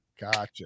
Gotcha